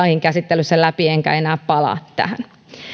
käsittelyssä läpi enkä enää palaa tähän